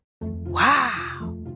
Wow